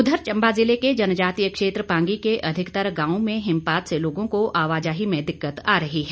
उधर चम्बा जिले के जनजातीय क्षेत्र पांगी के अधिकतर गांवों में हिमपात से लोगों को आवाजाही में दिक्कत आ रही है